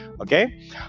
Okay